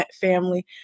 family